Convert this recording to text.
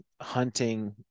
hunting